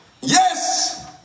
Yes